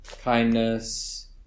kindness